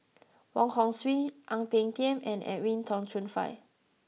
Wong Hong Suen Ang Peng Tiam and Edwin Tong Chun Fai